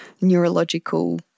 neurological